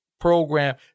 program